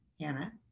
Hannah